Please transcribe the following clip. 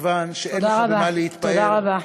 מכיוון שאין לך במה, תודה רבה.